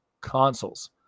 consoles